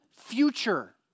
future